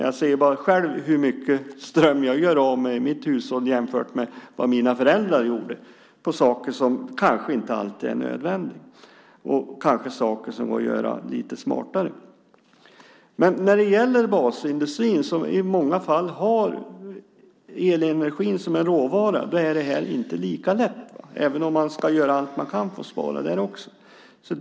Jag ser bara själv hur mycket ström jag gör av med i mitt hushåll jämfört med vad mina föräldrar gjorde, på saker som kanske inte alltid är nödvändiga och som kanske går att göra lite smartare. För basindustrin, som i många fall har elenergin som en råvara, är det inte lika lätt, även om man ska göra allt man kan för att spara också där.